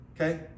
okay